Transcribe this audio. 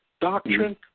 doctrine